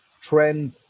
trend